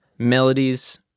melodies